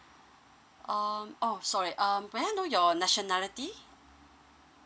um orh sorry um may I know your nationality